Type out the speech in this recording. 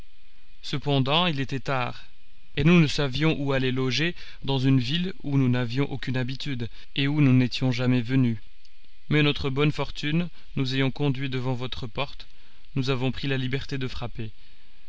cependant il était tard et nous ne savions où aller loger dans une ville où nous n'avions aucune habitude et où nous n'étions jamais venus mais notre bonne fortune nous ayant conduits devant votre porte nous avons pris la liberté de frapper